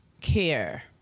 care